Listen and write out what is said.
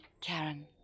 Karen